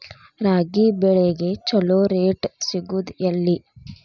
ರಾಗಿ ಬೆಳೆಗೆ ಛಲೋ ರೇಟ್ ಸಿಗುದ ಎಲ್ಲಿ?